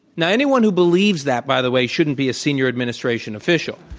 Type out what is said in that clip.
now anyone who believes that by the way shouldn't be a senior administration official.